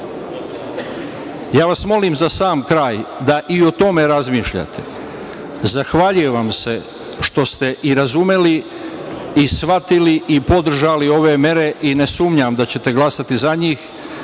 vas molim za sam kraj da i o tome razmišljate. Zahvaljujem vam se što ste i razumeli i shvatili i podržali ove mere i ne sumnjam da ćete glasati za njih.